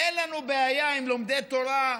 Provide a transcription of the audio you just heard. אין לנו בעיה עם לומדי תורה,